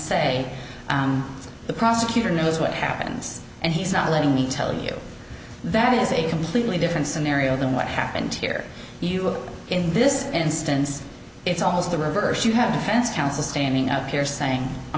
say the prosecutor knows what happens and he's not letting me tell you that is a completely different scenario than what happened here you look in this instance it's almost the reverse you have defense counsel standing up here saying i'm